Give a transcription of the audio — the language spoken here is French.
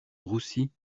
roussi